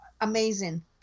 amazing